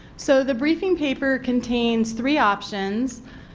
so the briefing paper contains three options.